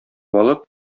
алып